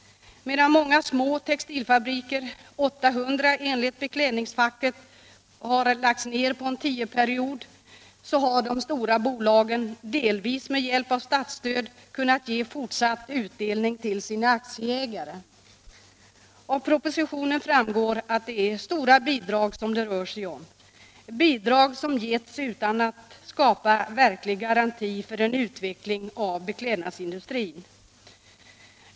Medan många små textilfabriker — 800 enligt beklädnadsfacket Onsdagen den —- lagts ned under en tioårsperiod, har de stora bolagen — delvis med 25 maj 1977 hjälp av statsstöd — kunnat ge fortsatt utdelning till sina aktieägare Av LK propositionen framgår att det är stora bidrag det rör sig om, bidrag som Åtgärder för textilgetts utan att skapa verklig garanti för en utveckling av beklädnadsoch konfektionsindustrin.